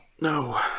No